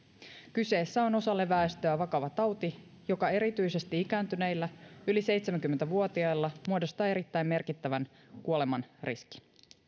kyseessä on osalle väestöä vakava tauti joka erityisesti ikääntyneillä yli seitsemänkymmentä vuotiailla muodostaa erittäin merkittävän kuolemanriskin